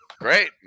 great